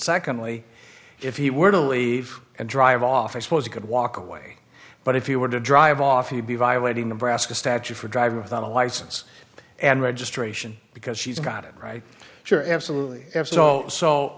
secondly if he were to leave and drive off i suppose you could walk away but if you were to drive off you'd be violating the brassica statute for driving without a license and registration because she's got it right sure absolutely so so